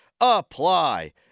Apply